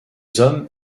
hommes